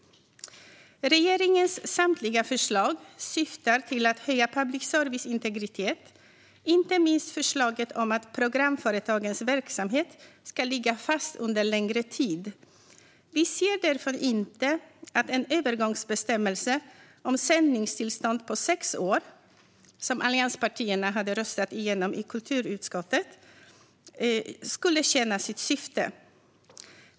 Regeringens samtliga förslag syftar till att höja public services integritet, inte minst förslaget om att programföretagens verksamhet ska ligga fast under längre tid. Vi ser därför inte att en övergångsbestämmelse om sändningstillstånd på sex år, som allianspartierna har röstat igenom i kulturutskottet, skulle tjäna sitt syfte.